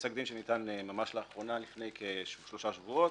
פסק דין שניתן ממש לאחרונה, לפני כשלושה שבועות,